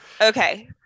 Okay